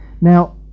Now